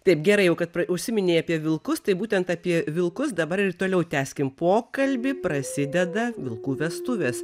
taip gerai jau kad užsiminei apie vilkus tai būtent apie vilkus dabar ir toliau tęskim pokalbį prasideda vilkų vestuvės